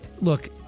Look